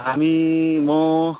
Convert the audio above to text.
हामी म